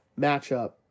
matchup